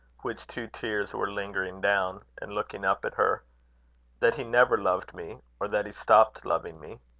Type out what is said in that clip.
which two tears were lingering down, and looking up at her that he never loved me, or that he stopped loving me?